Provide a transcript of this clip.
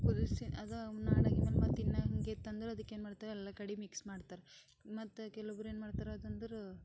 ಕುದಿಸಿ ಅದು ತಿನ್ನೋ ಹಾಗೆ ಇತ್ತಂದ್ರೆ ಅದಕ್ಕೆ ಏನ್ಮಾಡ್ತಾರೆ ಎಲ್ಲ ಕಡಿ ಮಿಕ್ಸ್ ಮಾಡ್ತಾರೆ ಮತ್ತು ಕೆಲವೊಬ್ಬರು ಏನ್ಮಾಡ್ತಾರೆ ಅದೆಂದರೆ